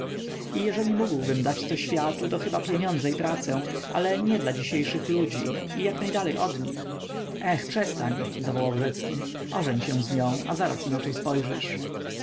i jeżeli mógłbym dać coś światu to chyba pieniądze i pracę ale nie dla dzisiejszych ludzi i jak najdalej od nich eh przestań zawołał rzecki ożeń się z nią a zaraz inaczej spojrzysz